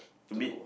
to